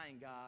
God